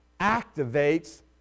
activates